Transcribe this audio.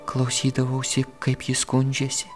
klausydavausi kaip ji skundžiasi